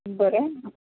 बरें